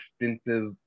extensive